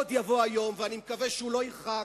עוד יבוא היום, ואני מקווה שלא ירחק,